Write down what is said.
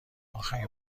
آخرین